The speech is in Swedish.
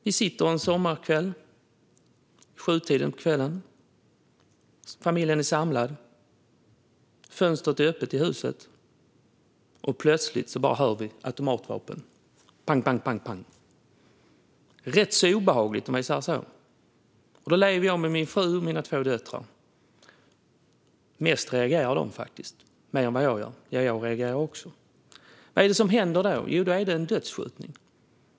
Vi sitter en sommarkväll vid sjutiden på kvällen. Familjen är samlad. Fönstret är öppet i huset. Plötsligt hör vi automatvapen, pang, pang, pang. Det är rätt obehagligt, om man säger så. Jag lever med min fru och våra två döttrar. Mest reagerar de, mer än vad jag gör, även om jag också reagerar. Vad är det som händer? Jo, det är en dödsskjutning.